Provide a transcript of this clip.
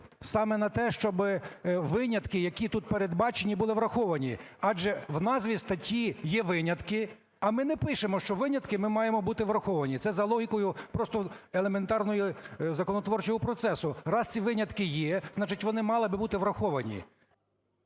саме на те, щоб винятки, які тут передбачені, були враховані, адже в назві статті є винятки, а ми не пишемо, що винятки мають бути враховані. Це за логікою просто елементарного законотворчого процесу. Раз ці винятки є, значить, вони мали би бути враховані.